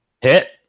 Hit